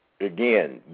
Again